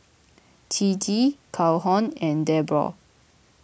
Ciji Calhoun and Debroah